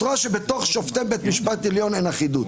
את רואה שבתוך שופטי בית המשפט העליון אין אחידות.